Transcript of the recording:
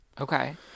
Okay